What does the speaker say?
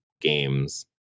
games